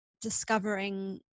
discovering